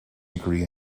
degree